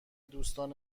دوستان